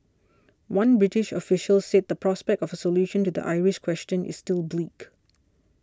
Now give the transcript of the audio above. one British official said the prospect of a solution to the Irish question is still bleak